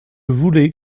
voulais